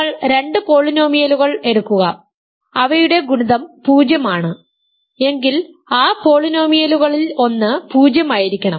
നിങ്ങൾ രണ്ട് പോളിനോമിയലുകൾ എടുക്കുക അവയുടെ ഗുണിതം 0 ആണ് എങ്കിൽ ആ പോളിനോമിയലുകളിൽ ഒന്ന് 0 ആയിരിക്കണം